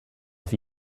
auf